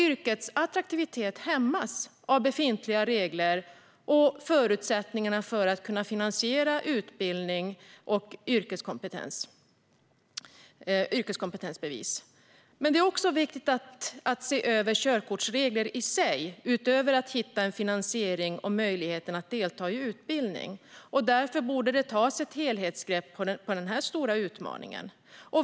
Yrkets attraktivitet hämmas dock av befintliga regler och förutsättningarna att finansiera utbildning för att skaffa sig yrkeskompetensbevis. Det är också viktigt att se över själva körkortsreglerna utöver att hitta en finansiering och en möjlighet att delta i utbildning. Därför borde man ta ett helhetsgrepp om denna stora utmaning.